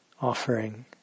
offering